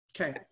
okay